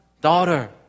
daughter